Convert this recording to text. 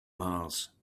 mars